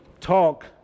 talk